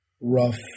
rough